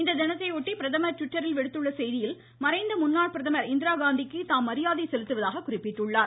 இத்தினத்தையொட்டி பிரதமர் ட்விட்டரில் விடுத்துள்ள செய்தியில் மறைந்த முன்னாள் பிரதமர் இந்திரா காந்திக்கு தாம் மரியாதை செலுத்துவதாக குறிப்பிட்டுள்ளார்